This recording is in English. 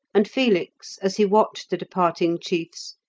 and felix, as he watched the departing chiefs,